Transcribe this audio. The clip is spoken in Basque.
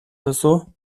duzu